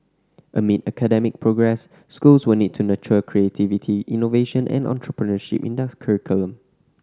amid academic progress schools will need to nurture creativity innovation and entrepreneurship in their curriculum